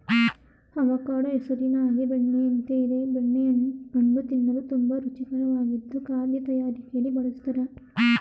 avocado ಹೆಸರಿನ ಹಾಗೆ ಬೆಣ್ಣೆಯಂತೆ ಇದೆ ಬೆಣ್ಣೆ ಹಣ್ಣು ತಿನ್ನಲು ತುಂಬಾ ರುಚಿಕರವಾಗಿದ್ದು ಖಾದ್ಯ ತಯಾರಿಕೆಲಿ ಬಳುಸ್ತರೆ